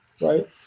right